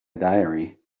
diary